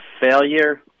failure